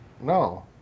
No